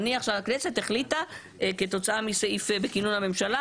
נניח שהכנסת החליטה כתוצאה מסעיף בכינון הממשלה